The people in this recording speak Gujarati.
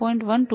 1 2